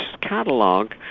catalog